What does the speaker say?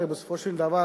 הרי בסופו של דבר